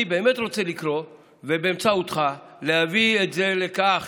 אני באמת רוצה לקרוא, ובאמצעותך להביא את זה לכך